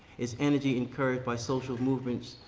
its energy incurred by social movements,